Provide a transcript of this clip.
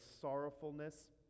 sorrowfulness